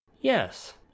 Yes